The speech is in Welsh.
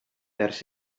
ers